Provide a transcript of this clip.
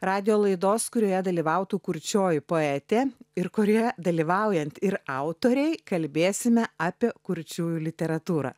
radijo laidos kurioje dalyvautų kurčioji poetė ir kurioje dalyvaujant ir autorei kalbėsime apie kurčiųjų literatūrą